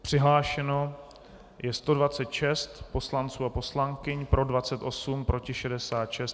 Přihlášeno je 126 poslanců a poslankyň, pro 28, proti 66.